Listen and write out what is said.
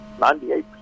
98%